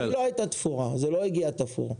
היא לא הייתה תפורה, זה לא הגיע תפור.